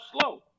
slow